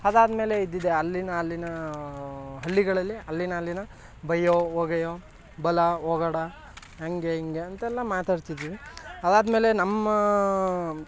ಅದಾದಮೇಲೆ ಇದ್ದಿದ್ದೇ ಅಲ್ಲಿಯ ಅಲ್ಲಿಯ ಹಳ್ಳಿಗಳಲ್ಲಿ ಅಲ್ಲಿಯ ಅಲ್ಲಿಯ ಬಾಯ್ಯೋ ಹೋಗಯ್ಯೋ ಬಲ ಹೋಗಡ ಹಾಗೆ ಹಿಂಗೆ ಅಂತೆಲ್ಲಾ ಮಾತಾಡ್ತಿದ್ವಿ ಅದಾದಮೇಲೆ ನಮ್ಮ